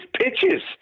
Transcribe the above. pitches